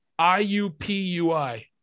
IUPUI